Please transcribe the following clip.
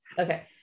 Okay